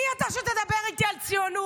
מי אתה שתדבר איתי על ציונות?